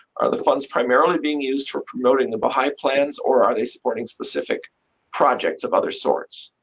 are the funds primarily being used for promoting the baha'i plans, or are they supporting specific projects of other sorts?